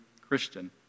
Christian